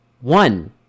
one